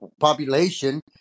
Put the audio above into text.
population